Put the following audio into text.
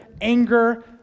anger